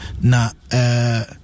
now